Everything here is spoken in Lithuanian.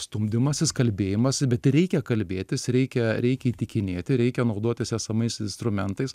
stumdymasis kalbėjimas bet ir reikia kalbėtis reikia reikia įtikinėti reikia naudotis esamais instrumentais